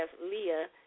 Leah